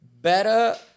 better